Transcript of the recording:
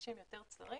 כבישים יותר צרים,